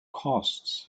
costs